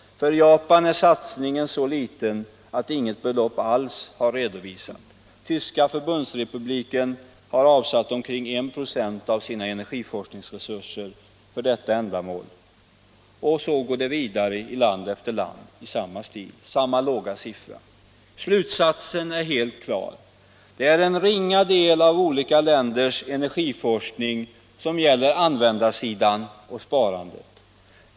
För Japan är satsningen så liten att inget belopp alls redovisas. Tyska förbundsrepubliken har avsatt omkring 1 96 av sina energiforskningsresurser för detta ändamål. Så går det vidare i land efter land i samma stil. Slutsatsen är helt klar. Det är en ringa del av olika länders energiforskning som gäller användarsidan och sparandet.